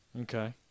Okay